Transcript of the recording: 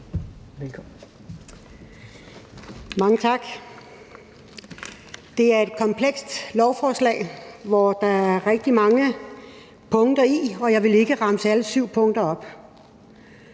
(DF): Mange tak. Det er et komplekst lovforslag, hvor der er rigtig mange punkter, og jeg vil ikke remse alle syv punkter op.